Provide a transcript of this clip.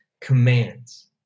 commands